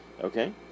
Okay